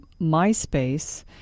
MySpace